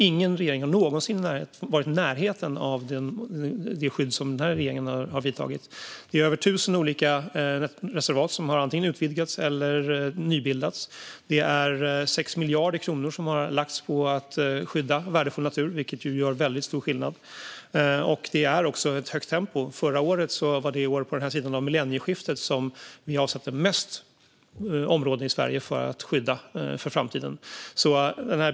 Ingen regering har någonsin varit i närheten av det skydd som den här regeringen har vidtagit. Det är över 1 000 olika reservat som har antingen utvidgats eller nybildats. Det är 6 miljarder kronor som har lagts på att skydda värdefull natur, vilket ju gör väldigt stor skillnad. Det är också ett högt tempo. Förra året var det år på den här sidan om millennieskiftet som vi avsatte flest områden i Sverige att skydda för framtiden.